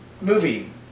movie